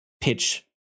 pitch